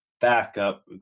backup